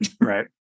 Right